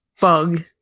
bug